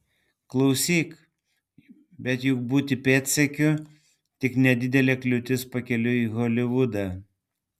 klausyk bet juk būti pėdsekiu tik nedidelė kliūtis pakeliui į holivudą